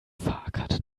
fahrkarte